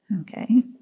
Okay